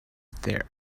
there